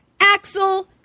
Axel